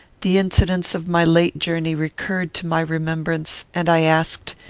the incidents of my late journey recurred to my remembrance, and i asked,